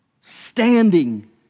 standing